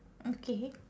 okay